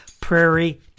prairie